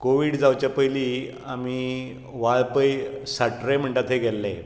Covid जावचे पयलीं आमी वाळपय साट्रे म्हणटा थंय गेल्ले